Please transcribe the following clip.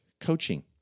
coaching